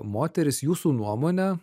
moteris jūsų nuomone